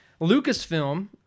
Lucasfilm